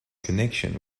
connection